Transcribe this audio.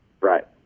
Right